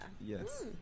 Yes